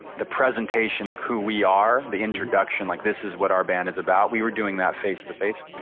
the presentation of who we are, the introduction like this is what our band is about. we were doing that face to face.